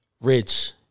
Rich